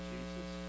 Jesus